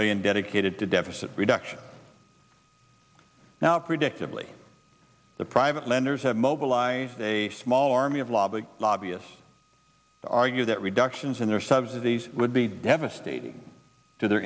billion dedicated to deficit reduction now predictably the private lenders have mobilized a small army of lobbying lobbyist to argue that reductions in their subsidies would be devastating to their